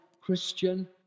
Christian